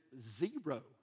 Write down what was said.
zero